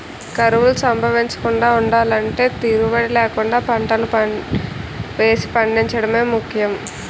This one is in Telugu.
కరువులు సంభవించకుండా ఉండలంటే తీరుబడీ లేకుండా పంటలు వేసి పండించడమే ముఖ్యం